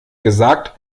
gesagt